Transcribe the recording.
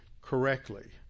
correctly